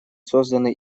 созданы